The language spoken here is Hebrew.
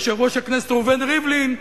יושב-ראש הכנסת ראובן ריבלין.